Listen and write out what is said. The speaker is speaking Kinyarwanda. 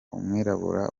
umwirabura